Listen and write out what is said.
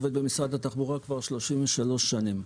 עובד במשרד התחבורה כבר 33 שנים.